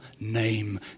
name